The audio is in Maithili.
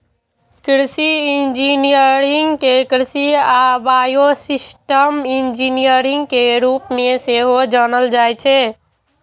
कृषि इंजीनियरिंग कें कृषि आ बायोसिस्टम इंजीनियरिंग के रूप मे सेहो जानल जाइ छै